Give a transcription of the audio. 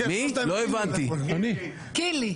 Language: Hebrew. קינלי.